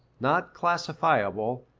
not classifiable,